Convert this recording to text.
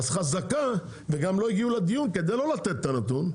וגם לא הגיעו לדיון כדי לא לתת את הנתון,